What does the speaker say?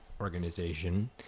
organization